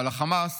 אבל לחמאס